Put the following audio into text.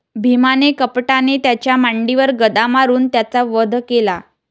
भीमाने कपटाने त्याच्या मांडीवर गदा मारून त्याचा वध केला